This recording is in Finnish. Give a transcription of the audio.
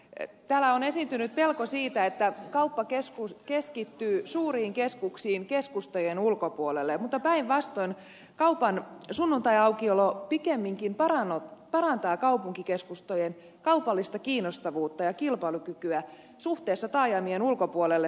täällä on esiintynyt pelko siitä että kauppa keskittyy suuriin keskuksiin keskustojen ulkopuolelle mutta päinvastoin kaupan sunnuntaiaukiolo pikemminkin parantaa kaupunkikeskustojen kaupallista kiinnostavuutta ja kilpailukykyä suhteessa taajamien ulkopuolelle suunniteltuihin kauppakeskuksiin